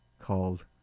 called